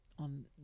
on